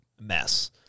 mess